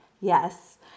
Yes